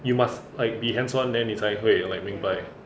you must like be hands-on then 你才会 like 明白